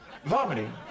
Vomiting